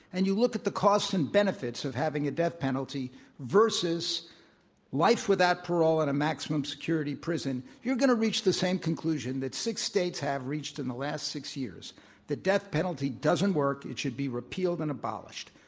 and you look at the costs and benefits of having a death penalty versus life without parole at a maximum security prison, you're going to reach the same conclusion that six states have reached in the last six years the death penalty doesn't work. it should be repealed and abolished.